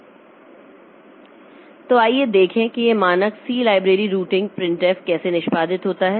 तो आइए देखें कि यह मानक C लाइब्रेरी रूटिंग प्रिंटफ़ कैसे निष्पादित होता है